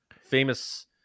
famous